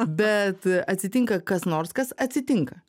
bet atsitinka kas nors kas atsitinka